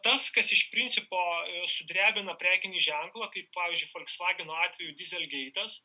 tas kas iš principo sudrebina prekinį ženklą kaip pavyzdžiui folksvageno atveju dyzelgeitas